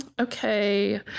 Okay